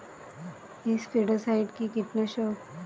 স্পোডোসাইট কি কীটনাশক?